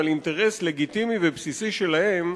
על אינטרס לגיטימי ובסיסי שלהם,